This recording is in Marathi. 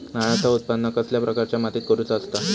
नारळाचा उत्त्पन कसल्या प्रकारच्या मातीत करूचा असता?